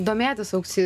domėtis aukci